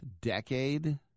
decade